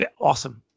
Awesome